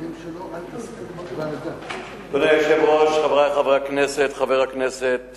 אדוני היושב-ראש, חברי חברי הכנסת, חבר הכנסת